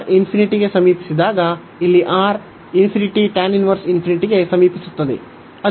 R ಗೆ ಸಮೀಪಿಸಿದಾಗ ಇಲ್ಲಿ R ಗೆ ಸಮೀಪಿಸುತ್ತದೆ